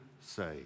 say